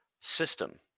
system